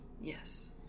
Yes